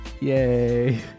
Yay